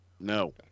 No